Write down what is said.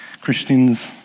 Christians